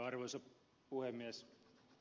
arvoisa puhemies